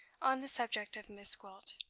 on the subject of miss gwilt.